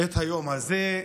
את היום הזה,